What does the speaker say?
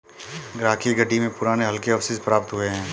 राखीगढ़ी में पुराने हल के अवशेष प्राप्त हुए हैं